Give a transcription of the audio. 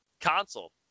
console